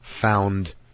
found